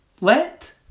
Let